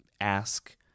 ask